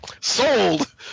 sold